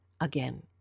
again